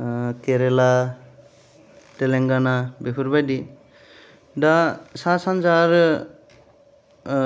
ओ केरेला तेलेंगाना बेफोरबादि दा सा सानजा आरो ओ